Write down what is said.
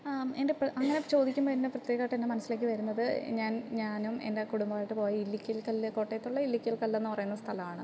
എൻ്റെ പേ അങ്ങനെ ചോദിക്കുമ്പോൾ എൻ്റെ പ്രത്യേകമായിട്ട് എൻ്റെ മനസ്സിലേക്ക് വരുന്നത് ഞാൻ ഞാനും എൻ്റെ കുടുംബവും ആയിട്ട് പോയ ഒരു ഇല്ലിക്കൽ ഇല്ലിക്കല്ല് കോട്ടയത്തുള്ള ഇല്ലിക്കൽ എന്നുപറയുന്ന സ്ഥലമാണ്